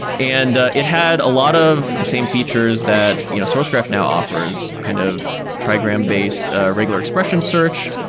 and it had a lot of same features that you know sourcegraph now offers. kind of trigam-based regular expression search,